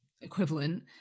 equivalent